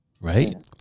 right